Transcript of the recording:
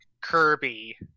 Kirby